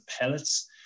pellets